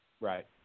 Right